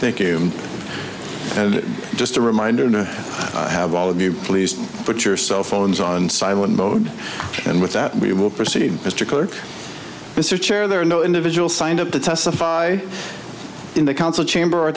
think you know just a reminder to have all of you please put your cell phones on silent mode and with that we will proceed mr couper mr chair there are no individual signed up to testify in the council chamber or